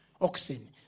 Oxen